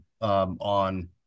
on